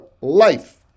life